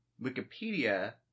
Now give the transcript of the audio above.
Wikipedia